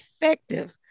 effective